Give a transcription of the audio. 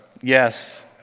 Yes